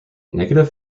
negative